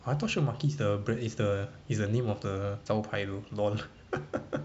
I thought shiok maki is the bran~ is the name of the 招牌 though LOL